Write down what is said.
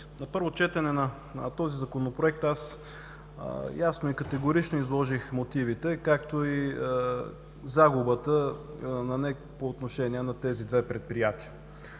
На първо четене на този Законопроект аз ясно и категорично изложих мотивите, както и загубата на НЕК по отношение на тези две предприятия.